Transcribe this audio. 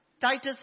Titus